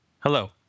Hello